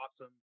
awesome